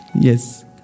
Yes